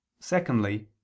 Secondly